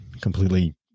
completely